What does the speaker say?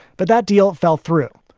but that deal fell through.